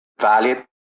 valid